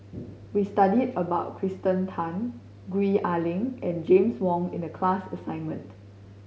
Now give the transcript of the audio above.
we studied about Kirsten Tan Gwee Ah Leng and James Wong in the class assignment